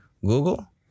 Google